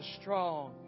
strong